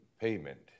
payment